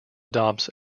adopts